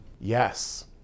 Yes